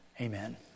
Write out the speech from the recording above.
Amen